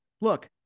look